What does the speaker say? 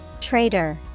Traitor